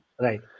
Right